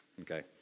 Okay